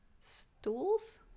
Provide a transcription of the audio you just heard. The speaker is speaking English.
stools